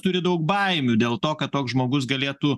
turi daug baimių dėl to kad toks žmogus galėtų